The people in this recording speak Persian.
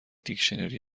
دیکشنری